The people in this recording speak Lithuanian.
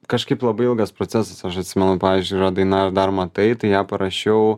kažkaip labai ilgas procesas aš atsimenu pavyzdžiui yra daina ar dar matai tai ją parašiau